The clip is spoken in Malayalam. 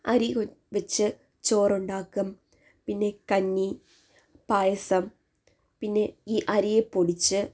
അരി വെച്ചു ചോറുണ്ടാക്കും പിന്നെ കഞ്ഞി പായസം പിന്നെ ഈ അരിയെ പൊടിച്ച്